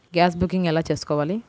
Gas booking ఎలా చేసుకోవాలి?